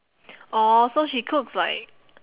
orh so she cooks like